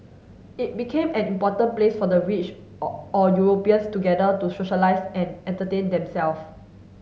it became an important place for the rich or or Europeans to gather to socialise and entertain them self